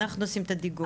אנחנו עושים את הדיגום.